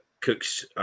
cooks